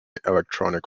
electronic